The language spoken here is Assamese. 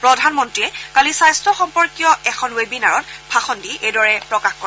প্ৰধানমন্ত্ৰীয়ে কালি স্বাস্থ্য সম্পৰ্কীয় এখন ৱেবিনাৰত ভাষণ দি এইদৰে প্ৰকাশ কৰে